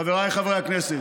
חבריי חברי הכנסת,